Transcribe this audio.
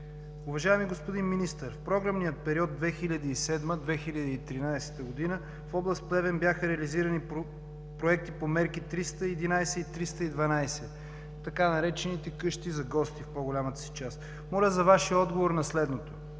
Уважаеми господин Министър, в програмния период 2007 – 2013 г. в област Плевен бяха реализирани проекти по мерки 311 и 312 – така наречените „къщи за гости“ в по-голямата си част. Моля за Вашия отговор на следното: